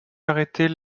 arrêter